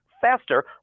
faster